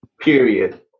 Period